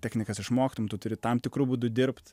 technikas išmokslintum tu turi tam tikru būdu dirbt